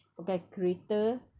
pakai kereta